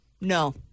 no